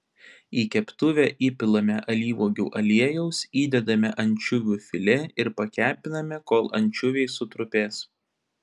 į keptuvę įpilame alyvuogių aliejaus įdedame ančiuvių filė ir pakepiname kol ančiuviai sutrupės